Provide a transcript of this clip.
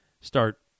start